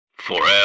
FOREVER